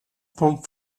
vom